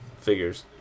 Figures